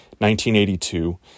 1982